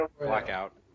blackout